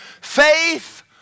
Faith